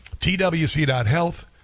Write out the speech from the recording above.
TWC.health